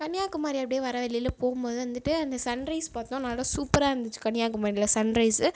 கன்னியாகுமரி அப்படியே வர்ற வழியில போகும் போது வந்துட்டு அந்த சன் ரைஸ் பார்த்தோம் நல்லா சூப்பராக இருந்துச்சு கன்னியாகுமரியில் சன் ரைஸு